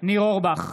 ניר אורבך,